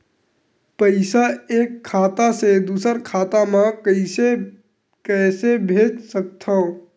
पईसा एक खाता से दुसर खाता मा कइसे कैसे भेज सकथव?